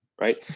right